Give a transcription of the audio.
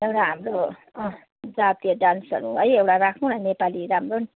एउटा हाम्रो जातीय डान्सहरू है एउटा राखौँ न नेपाली राम्रो